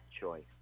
choice